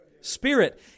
Spirit